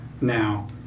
now